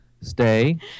stay